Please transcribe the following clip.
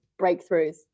breakthroughs